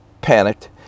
panicked